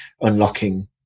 unlocking